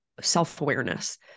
self-awareness